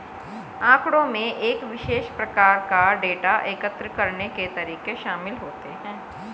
आँकड़ों में एक विशेष प्रकार का डेटा एकत्र करने के तरीके शामिल होते हैं